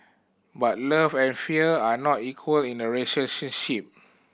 but love and fear are not equal in a